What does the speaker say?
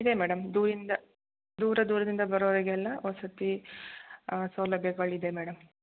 ಇದೆ ಮೇಡಮ್ ದೂರ ದೂರದಿಂದ ಬರೋರಿಗೆ ಎಲ್ಲ ವಸತಿ ಸೌಲಭ್ಯಗಳು ಇದೆ ಮೇಡಮ್